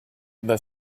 the